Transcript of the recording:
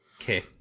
Okay